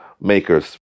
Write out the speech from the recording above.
makers